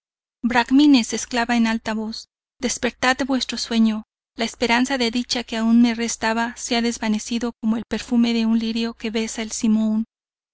inmovilidad bracmines exclama en alta voz despertad de vuestro sueño la esperanza de dicha que aun me restaba se ha desvanecido como el perfume de un lirio que besa el simoún